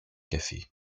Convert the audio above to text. café